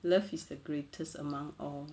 love is the greatest among all